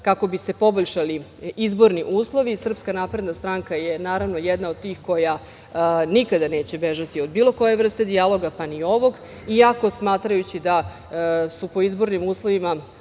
kako bi se poboljšali izborni uslovi i SNS je naravno jedna od tih koja nikada neće bežati od bilo koje vrste dijaloga, pa ni ovog, iako smatrajući da su po izbornim uslovima